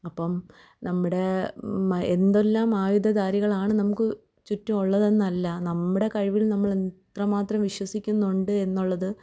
അപ്പം നമ്മുടെ മ എന്തെല്ലാം ആയുധധാരികളാണ് നമുക്ക് ചുറ്റും ഉള്ളത് എന്നല്ല നമ്മുടെ കഴിവിൽ നമ്മൾ എത്രമാത്രം വിശ്വസിക്കുന്നുണ്ട് എന്നുള്ളത്